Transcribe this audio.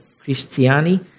Christiani